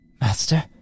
Master